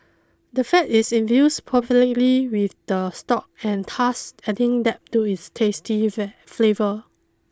the fat is infused perfectly with the stock and thus adding depth to its tasty flavour